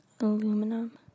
aluminum